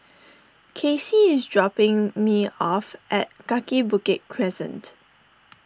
Kacey is dropping me off at Kaki Bukit Crescent